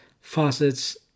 faucets